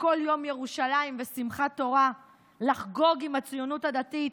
בכל יום ירושלים ושמחת תורה לחגוג עם הציונות הדתית,